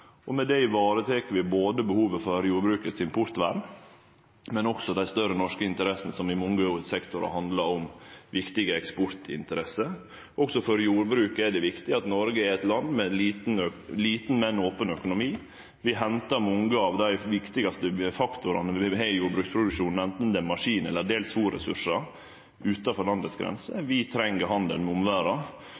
framforhandla. Med det varetek vi både det behovet jordbruket har for importvern, og dei større norske interessene som i mange sektorar handlar om viktig eksport. Òg for jordbruket er det viktig at Noreg er eit land med ein liten, men open økonomi. Vi hentar mange av dei viktigaste faktorane for jordbruksproduksjonen, anten det er maskin- eller – dels – fôrressursar, utanfor landets grenser. Vi treng handel med omverda,